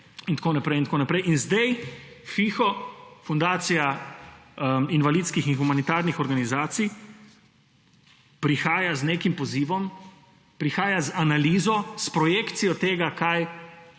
In zdaj FIHO, Fundacija za financiranje invalidskih in humanitarnih organizacij, prihaja z nekim pozivom, prihaja z analizo, s projekcijo tega, kaj